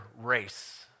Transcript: race